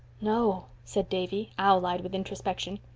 no, said davy, owl-eyed with introspection.